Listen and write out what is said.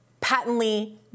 patently